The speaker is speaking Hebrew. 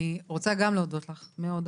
אני רוצה גם להודות לך מאוד.